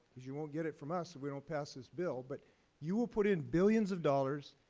because you won't get it from us if we don't pass this bill. but you will put in billions of dollars.